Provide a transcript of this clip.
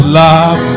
love